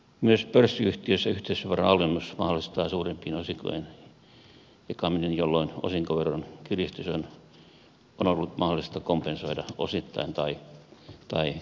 myös pörssiyhtiössä yhteisöveron halvennus mahdollistaa suurempien osinkojen jakamisen jolloin osinkoveron kiristys on ollut mahdollista kompensoida osittain tai kokonaan